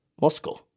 Moscow